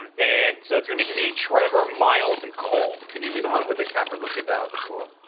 and and so it's gonna be me trevor miles and cole can you do the one with the camera looking down at the floor?